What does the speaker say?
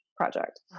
project